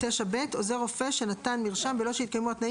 (9ב) עוזר רופא שנתן מרשם בלא שהתקיימו התנאים